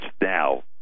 now